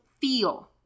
feel